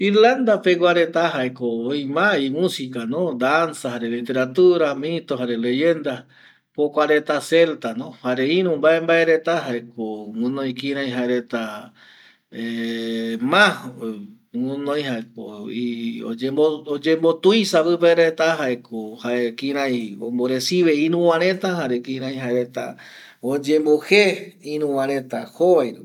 Irlanda pegua reta jaeko öi ma imusika no, danza jare literatura, mito jare leyenda jokua reta celtano jare iru mbae mbae reta guɨnoi kirai jaereta guɨnoi oyembotuisa pɨpe reta jaeko kirai jae kirai omboresive iruva reta jare kirai jaereta oyemboje ïru vareta jovai